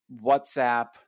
WhatsApp